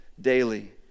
daily